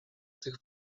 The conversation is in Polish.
tych